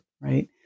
right